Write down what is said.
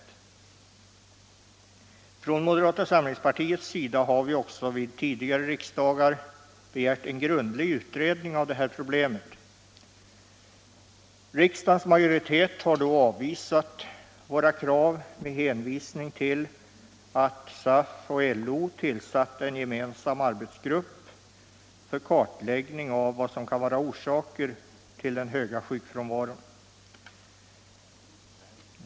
Vi från moderata samlingspartiet har också vid tidigare riksdagar begärt en grundlig utredning av detta problem. Riksdagens majoritet har då avvisat våra krav med hänvisning till att SAF och LO har tillsatt en gemensam arbetsgrupp för kartläggning av vad som kan vara orsaker till hög sjukfrånvaro.